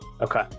Okay